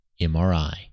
MRI